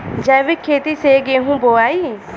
जैविक खेती से गेहूँ बोवाई